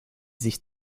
sich